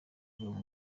ukuvuga